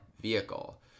vehicle